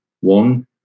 one